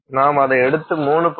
நாம் அதை எடுத்து 3